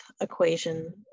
equation